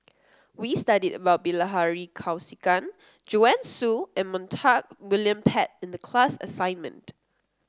we studied about Bilahari Kausikan Joanne Soo and Montague William Pett in the class assignment